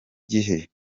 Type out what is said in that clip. gihe